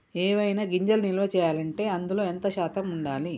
ఏవైనా గింజలు నిల్వ చేయాలంటే అందులో ఎంత శాతం ఉండాలి?